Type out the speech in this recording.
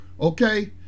Okay